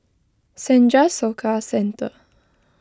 Senja Soka Centre